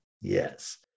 Yes